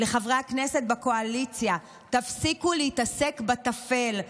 לחברי הכנסת בקואליציה: תפסיקו להתעסק בטפל,